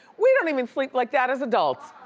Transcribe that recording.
we don't even sleep like that as adults.